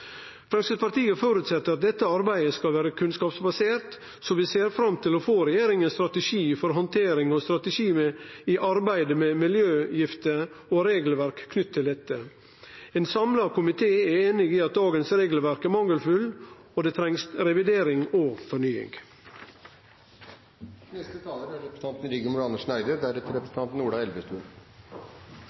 Framstegspartiet føreset at dette arbeidet skal vere kunnskapsbasert, så vi ser fram til å få regjeringas strategi for handtering av miljøgifter og ein strategi for arbeidet med miljøgifter og regelverk knytt til dette. Ein samla komité er einig om at dagens regelverk er mangelfullt. Det trengst revidering og